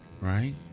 right